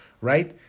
right